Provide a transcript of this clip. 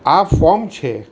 આ ફોમ છે